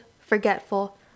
forgetful